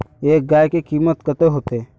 एक गाय के कीमत कते होते?